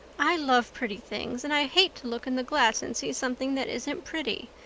i love pretty things and i hate to look in the glass and see something that isn't pretty.